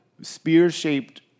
spear-shaped